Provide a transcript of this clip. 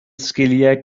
sgiliau